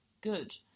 Good